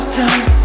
time